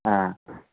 ꯑꯥ